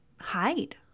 hide